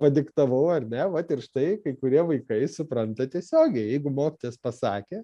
padiktavau ar ne vat ir štai kai kurie vaikai supranta tiesiogiai jeigu mokytojas pasakė